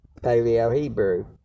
Paleo-Hebrew